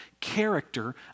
character